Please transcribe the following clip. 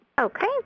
Okay